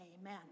amen